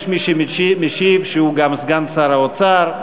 יש מי שמשיב, שהוא גם סגן שר האוצר.